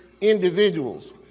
individuals